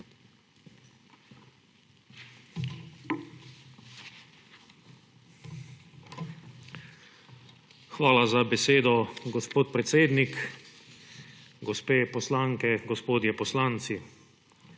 Hvala za besedo, gospod predsednik. Gospe poslanke, gospodje poslanci!